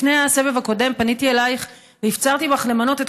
לפני הסבב הקודם פניתי אלייך והפצרתי בך למנות את